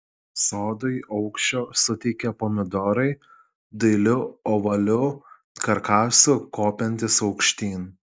sodui aukščio suteikia pomidorai dailiu ovaliu karkasu kopiantys aukštyn